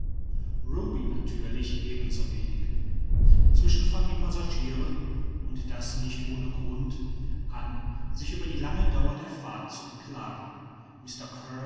ruby natürlich ebenso wenig inzwischen fangen die passagiere und das nicht ohne grund an sich über die lange dauer der fahrt zu beklagen